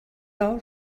all